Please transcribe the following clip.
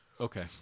okay